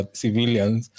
civilians